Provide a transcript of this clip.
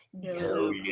No